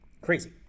Crazy